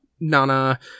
Nana